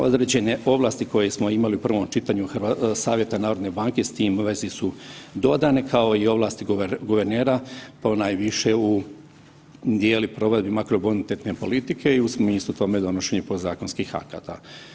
Određene ovlasti koje smo imali u prvom čitanju savjeta narodne banke s tim u vezi su dodane kao i ovlasti guvernera ponajviše u dijelu i provedbi makrobonitetne politike i u smislu tome donošenje podzakonskih akata.